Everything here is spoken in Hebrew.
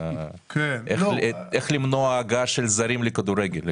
איך למנוע הגעה של זרים לכדורגל לכאן.